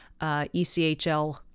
ECHL